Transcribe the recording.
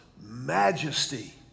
majesty